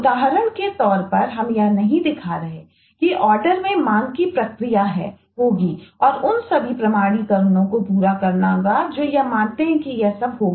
उदाहरण के तौर पर हम यह नहीं दिखा रहे हैं कि आर्डर में मांग की प्रक्रिया होगी और उन सभी प्रमाणीकरणों को पूरा करना होगा जो यह मानते हैं कि यह सब हो गया